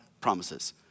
promises